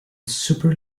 super